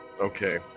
Okay